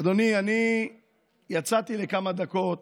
אדוני, אני יצאתי לכמה דקות,